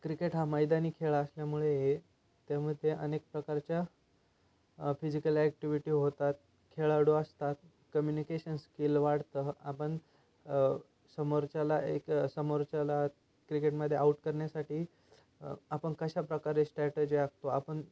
cricket हा मैदानी खेळ असल्यामुळे त्यामध्ये अनेक प्रकारच्या फिजिकल ॲक्टिविटी होतात खेळाडू असतात कम्युनिकेशन स्किल वाढतं आपण समोरच्याला एक समोरच्याला क्रिकेटमध्ये आउट करण्यासाठी आपण कशाप्रकारे श्टॅटेजी आखतो आपण